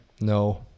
No